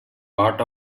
part